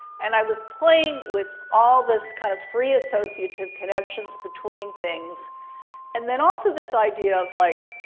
and i was playing with all this kind of free-associative connections between things and, then, also this idea of, like,